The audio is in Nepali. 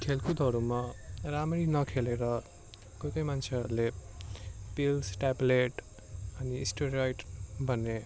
खेलकुदहरूमा राम्रै नखेलेर कोही कोही मान्छेहरूले पिल्स ट्याबलेट अनि स्टोराइड भन्ने